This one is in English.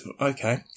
Okay